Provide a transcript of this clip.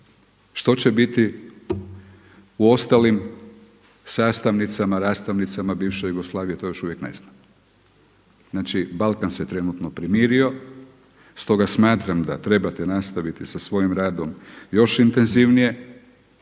Što će biti u ostalim sastavnicama, rastavnicama bivše Jugoslavije to još uvijek ne znamo. Znači Balkan se trenutno primirio stoga smatram da trebate nastaviti sa svojim radom još intenzivnije,